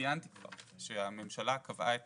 ציינתי כבר שהממשלה קבעה את